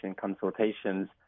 consultations